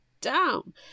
down